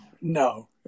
No